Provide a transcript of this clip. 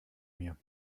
mir